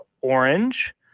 Orange